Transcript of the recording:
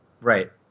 right